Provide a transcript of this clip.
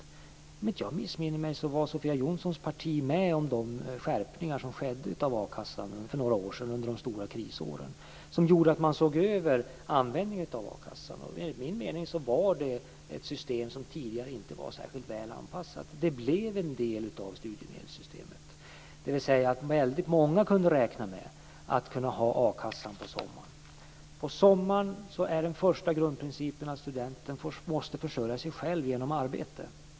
Om inte jag missminner mig var Sofia Jonssons parti med om de skärpningar av a-kassan som skedde för några år sedan under de stora krisåren. Det gjorde att man såg över användningen av a-kassan. Enligt min mening var det ett system som tidigare inte var särskilt väl anpassat. Det blev en del av studiemedelssystemet. Många kunde räkna med att ha a-kassa på sommaren. På sommaren är den första grundprincipen att studenten måste försörja sig själv genom arbete.